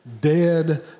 dead